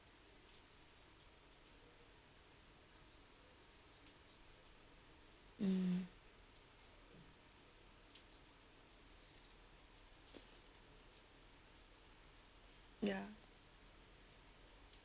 mm ya